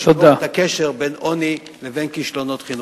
לשבור את הקשר בין עוני ובין כישלונות חינוכיים.